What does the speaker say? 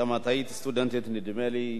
גם את היית סטודנטית, נדמה לי.